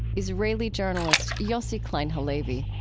israeli journalist yossi klein halevi.